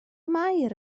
mair